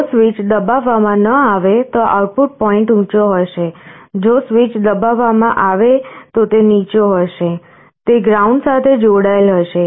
જો સ્વીચ દબાવવામાં ન આવે તો આઉટપુટ પોઇન્ટ ઊંચો હશે જો સ્વીચ દબાવવામાં આવે તો તે નીચો હશે તે ગ્રાઉન્ડ સાથે જોડાયેલ હશે